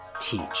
teach